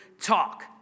talk